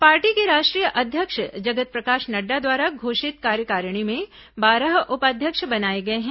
party के राष्ट्रीय अध्यक्ष जगत प्रकाश नड़डा द्वारा घोषित कार्यकारिणी में बारह उपाध्यक्ष बनाए गए हैं